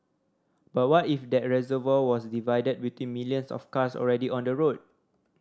but what if that reservoir was divided between millions of cars already on the road